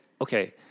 okay